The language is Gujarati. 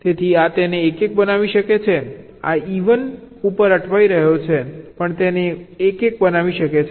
તેથી આ તેને 1 1 બનાવી શકે છે આ ઇ 1 ઉપર અટવાઈ ગયો છે તે પણ તેને 1 1 બનાવી શકે છે